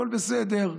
הכול בסדר.